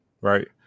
right